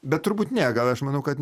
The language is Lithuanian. bet turbūt ne gal aš manau kad